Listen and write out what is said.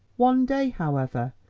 one day however,